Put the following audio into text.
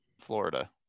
Florida